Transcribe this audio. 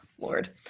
Lord